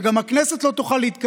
וגם הכנסת לא תוכל להתכנס.